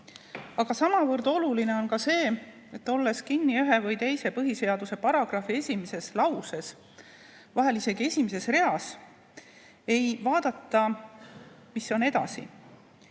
samavõrd oluline on see, et olles kinni ühe või teise põhiseaduse paragrahvi esimeses lauses, vahel isegi esimeses reas, ei vaadata, mis on edasi.